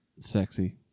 Sexy